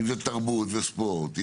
אם זה תרבות וספורט,